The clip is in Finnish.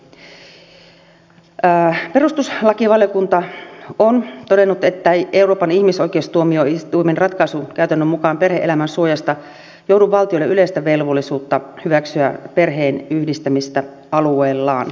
perustuslakivaliokunta on todennut ettei euroopan ihmisoikeustuomioistuimen ratkaisukäytännön mukaan perhe elämän suojasta johdu valtiolle yleistä velvollisuutta hyväksyä perheenyhdistämistä alueellaan